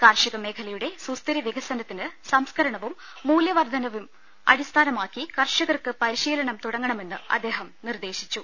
കാർഷിക മേഖലയുടെ സുസ്ഥിര വികസനത്തിന് സംസ്കര ണവും മൂല്യവർധനയും അടിസ്ഥാനമാക്കി കർഷകർക്ക് പരിശീ ലനം തുടങ്ങണമെന്ന് അദ്ദേഹം നിർദേശിച്ചു